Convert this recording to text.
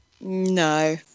no